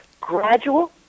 gradual